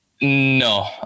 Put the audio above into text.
no